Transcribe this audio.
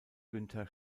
günter